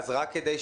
אינטרנית.